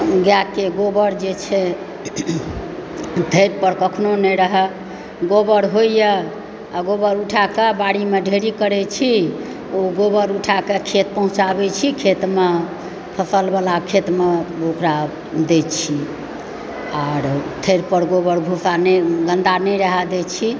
गैके गोबर जे छै खेत पर कखनहुँ नहि रहै गोबर होइए आ गोबर उठाके बाड़ीमे ढ़ेरी करै छी ओ गोबर उठाके खेत पहुँचाबै छी खेतमे फसल वाला खेतमे ओकरा दय छी आओर खेत पर गोबर भूस्सा नहि गन्दा नहि रहय दैत छी